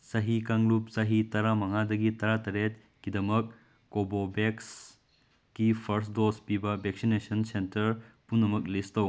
ꯆꯍꯤ ꯀꯥꯡꯂꯨꯞ ꯆꯍꯤ ꯇꯔꯥꯃꯉꯥꯗꯒꯤ ꯇꯔꯥꯇꯔꯦꯠꯀꯤꯗꯃꯛ ꯀꯣꯕꯣꯚꯦꯛꯁꯀꯤ ꯐꯥꯔꯁ ꯗꯣꯖ ꯄꯤꯕ ꯚꯦꯛꯁꯤꯅꯦꯁꯟ ꯁꯦꯟꯇꯔ ꯄꯨꯝꯅꯃꯛ ꯂꯤꯁ ꯇꯧ